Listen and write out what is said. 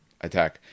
attack